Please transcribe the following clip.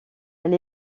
elle